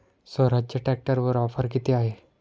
स्वराज्य ट्रॅक्टरवर ऑफर किती आहे?